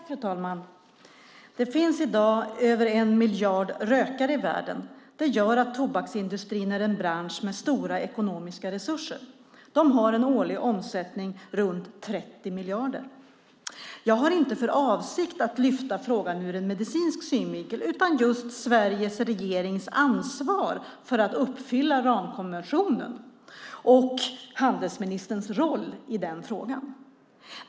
Fru talman! Det finns i dag över en miljard rökare i världen. Det gör att tobaksindustrin är en bransch med stora ekonomiska resurser. Den har en årlig omsättning runt 30 miljarder. Jag har inte för avsikt att lyfta upp frågan ur en medicinsk synvinkel, utan det handlar om Sveriges regerings ansvar för att uppfylla ramkonventionen och handelsministerns roll i den frågan.